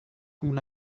una